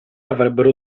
avrebbero